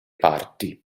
parti